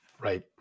Right